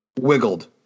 wiggled